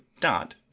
dot